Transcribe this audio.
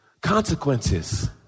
Consequences